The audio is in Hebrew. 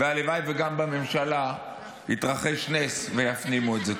הלוואי וגם בממשלה יתרחש נס ויפנימו את זה.